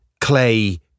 clay